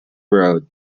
road